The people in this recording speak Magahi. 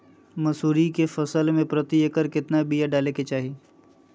मसूरी के फसल में प्रति एकड़ केतना बिया डाले के चाही?